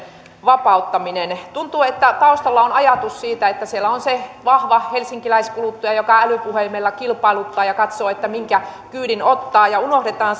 vapauttaminen tuntuu että taustalla on ajatus siitä että siellä on se vahva helsinkiläiskuluttaja joka älypuhelimella kilpailuttaa ja katsoo minkä kyydin ottaa ja unohdetaan